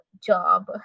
job